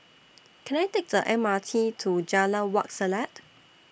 Can I Take The M R T to Jalan Wak Selat